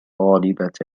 طالبة